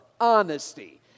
Honesty